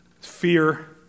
Fear